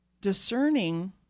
discerning